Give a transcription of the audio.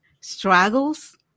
struggles